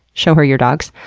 show her your dogs.